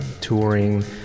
touring